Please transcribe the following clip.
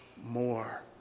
more